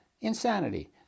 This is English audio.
insanity